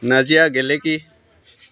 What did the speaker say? Nazia Geleki